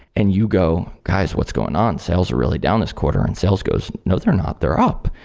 and you go, guys, what's going on? sales are really down this quarter. and sales goes, no, they're not. they're up.